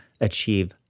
achieve